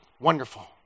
wonderful